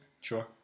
Sure